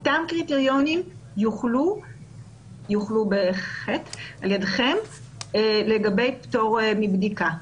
אותם קריטריונים יוחלו על ידכם לגבי פטור מבדיקה.